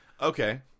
Okay